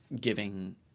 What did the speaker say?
giving